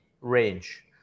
range